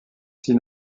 six